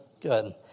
Good